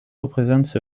represents